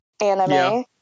anime